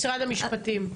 משרד המשפטים,